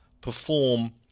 perform